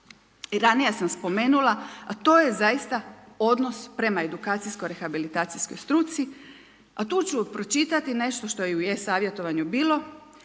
i ranije sam spomenula a to je zaista odnos prema edukacijsko rehabilitacijskoj struci a tu ću pročitani nešto što je i u e-savjetovanju bilo,